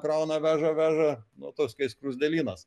krauna veža veža nu tas kai skruzdėlynas